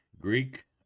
Greek